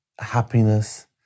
happiness